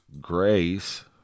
grace